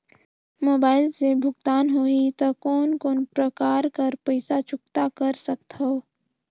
Mobile से भुगतान होहि त कोन कोन प्रकार कर पईसा चुकता कर सकथव?